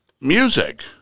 music